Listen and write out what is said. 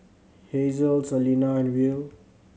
Hazle Selina and Will